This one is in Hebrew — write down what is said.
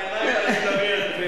אני עוצם את העיניים ומדמיין.